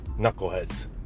knuckleheads